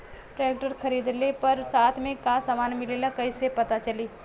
Tractor खरीदले पर साथ में का समान मिलेला कईसे पता चली?